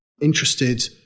interested